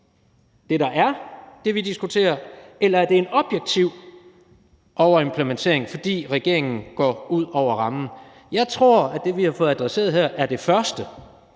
om det, som vi diskuterer, eller om det er en objektiv overimplementering, fordi regeringen går ud over rammen. Jeg tror, at det, vi har fået adresseret her, er det første,